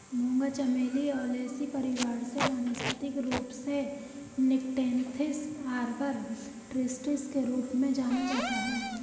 मूंगा चमेली ओलेसी परिवार से वानस्पतिक रूप से निक्टेन्थिस आर्बर ट्रिस्टिस के रूप में जाना जाता है